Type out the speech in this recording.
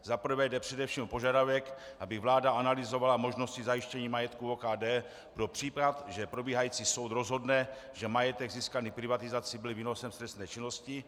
Za prvé jde především o požadavek, aby vláda analyzovala možnosti zajištění majetku OKD pro případ, že probíhající soud rozhodne, že majetek získaný privatizací byl výnosem z trestné činnosti.